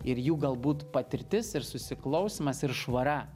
ir jų galbūt patirtis ir susiklausymas ir švara